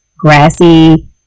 grassy